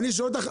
אני שואל אותך.